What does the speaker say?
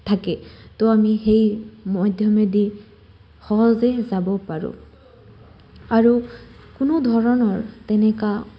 থাকে তো আমি সেই মধ্যমেদি সহজে যাব পাৰোঁ আৰু কোনো ধৰণৰ তেনেকা